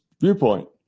viewpoint